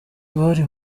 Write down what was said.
bari